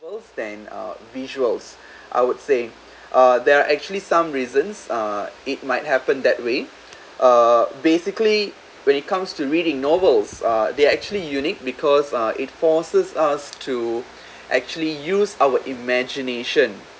book than uh visuals I would say uh there are actually some reasons uh it might happen that way uh basically when it comes to reading novels uh they actually unique because uh it forces us to actually use our imagination